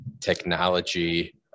technology